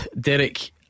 Derek